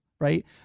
right